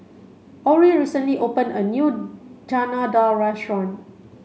Orie recently opened a new Chana Dal restaurant